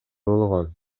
болгон